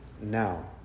now